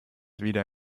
wieder